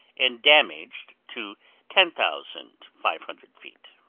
and damaged to ten thousand five hundred feet.